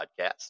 podcast